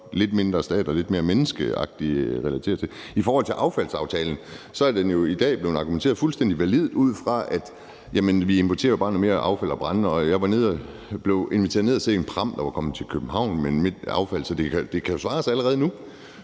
lidt mindre på stat og lidt mere på menneske i vores tilgang til det. I forhold til affaldsaftalen er der jo i dag blevet argumenteret fuldstændig validt, ud fra at vi jo bare importerer noget mere affald og brænde. Jeg blev inviteret ned at se en pram, der var kommet til København, med en mængde affald, så det kan jo svare sig allerede nu.